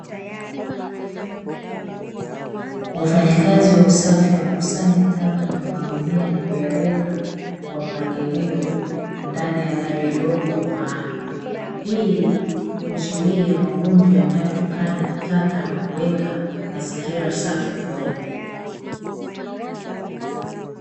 Wafanyakazi wa usafi wanakusanya taka kwenye magunia na kuyaweka kwa mpangilio ndani ya gari dogo maalumu, hii huzuia magonjwa yanayotokana na taka na kuweka mazingira safi kwa jamii.